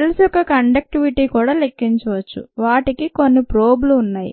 cells యొక్క కండక్టివిటిని కూడా లెక్కించవచ్చు వాటికి కొన్ని ప్రోబ్లు ఉన్నాయి